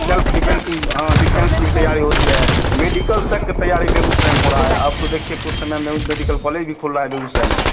self depend हाँ defence की भी तैयारी होती है मेडिकल तक तैयारी बेगूसराय में हो रहा है अब तो देखिए कुछ समय में उन मेडिकल कॉलेज भी खोल रहा है बेगूसराय में